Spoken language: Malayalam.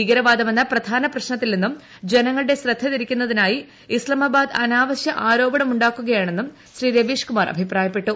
ഭീകരവാദമെന്ന പ്രധാനപ്രശ്നത്തിൽ നിന്നും ജനങ്ങളുടെ ശ്രദ്ധതിരിക്കുന്നതിനായി ഇസ്താമാബാദ് അനാവശ്യ ആരോപണമുണ്ടാക്കുകയാണെന്നും കുമാർ അഭിപ്രായപ്പെട്ടു